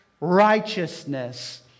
righteousness